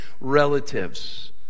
relatives